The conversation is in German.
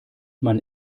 man